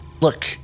Look